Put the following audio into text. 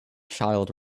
child